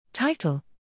Title